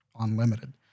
unlimited